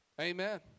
Amen